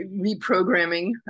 reprogramming